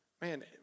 Man